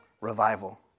revival